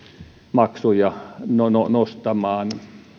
maksuja nostamaan